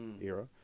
era